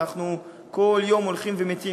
אנחנו כל יום הולכים ומתים.